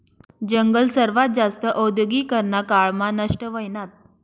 जंगल सर्वात जास्त औद्योगीकरना काळ मा नष्ट व्हयनात